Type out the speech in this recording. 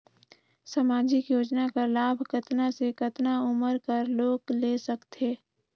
समाजिक योजना कर लाभ कतना से कतना उमर कर लोग ले सकथे?